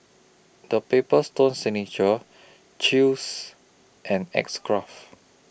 The Paper Stone Signature Chew's and X Craft